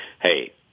hey